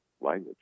language